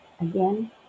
again